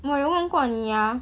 我有问过你 ah